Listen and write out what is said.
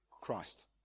Christ